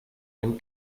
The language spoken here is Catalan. hem